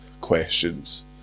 questions